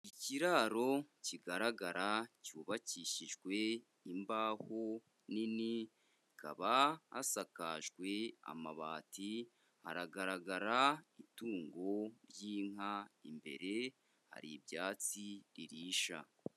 Ikiraro kigaragara cyubakishijwe imbaho nini hakaba hasakajwe amabati, hagaragara itungo ry'inka, imbere hari ibyatsi ririsha.